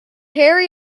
harry